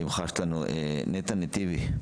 נטע נתיבי.